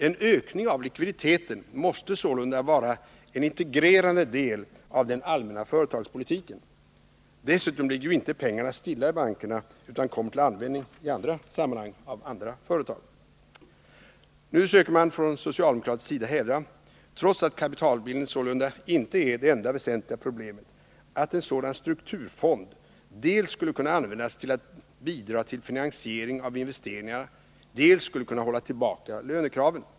En ökning av likviditeten måste sålunda vara en integrerad del av den allmänna företagspolitiken. Dessutom ligger ju inte pengarna stilla i bankerna utan kommer till användning i andra företag. Nu söker man från socialdemokratisk sida hävda — trots att kapitalbildningen sålunda icke är det enda väsentliga problemet — att en sådan strukturfond dels skulle kunna användas till att bidra till finansieringen av investeringarna, dels skulle kunna hålla tillbaka lönekraven.